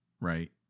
right